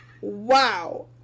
wow